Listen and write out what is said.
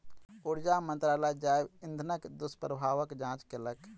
ऊर्जा मंत्रालय जैव इंधनक दुष्प्रभावक जांच केलक